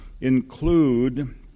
include